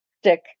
stick